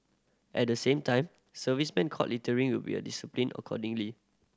at the same time servicemen caught littering will be disciplined accordingly